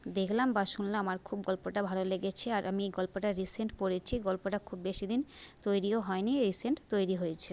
দেখলাম বা শুনলাম আমার খুব গল্পটা ভালো লেগেছে আর আমি এই গল্পটা রিসেন্ট পড়েছি গল্পটা খুব বেশি দিন তৈরিও হয়নি এই রিসেন্ট তৈরি হয়েছে